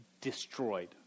destroyed